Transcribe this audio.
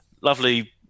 lovely